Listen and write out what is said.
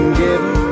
given